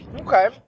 okay